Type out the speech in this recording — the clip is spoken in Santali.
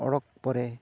ᱚᱰᱳᱠ ᱯᱚᱨᱮ